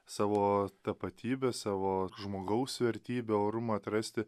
savo tapatybę savo žmogaus vertybių orumą atrasti